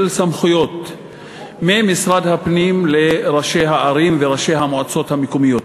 סמכויות ממשרד הפנים לראשי הערים וראשי המועצות המקומיות.